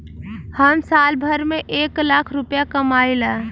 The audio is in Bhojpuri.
हम साल भर में एक लाख रूपया कमाई ला